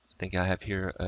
thank i have here.